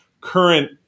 current